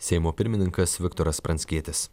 seimo pirmininkas viktoras pranckietis